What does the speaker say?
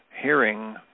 hearing